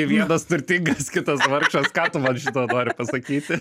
vienas turtingas kitas vargšas ką tu man šituo nori pasakyti